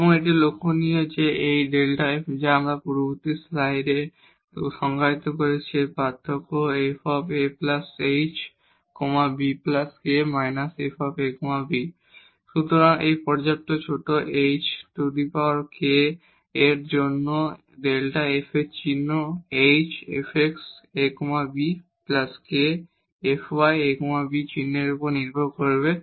এবং এটি লক্ষনীয় যে এই Δ f যা আমরা পূর্ববর্তী স্লাইডে সংজ্ঞায়িত করেছি এর পার্থক্য f ah bk −f a b Δ f h fx a bk fy a b12h2fxx2 hk fxyk2fkk a b সুতরাং পর্যাপ্ত ছোট h∧k এর জন্য Δ f এর চিহ্ন h fx a bk fy a b চিহ্নের উপর নির্ভর করবে